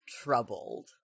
troubled